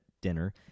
dinner